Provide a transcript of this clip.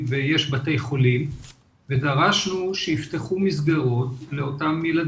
יש חלוקה מלאכותית כביכול בתוך הגן על מנת שלא תהיה אינטראקציה.